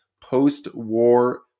post-war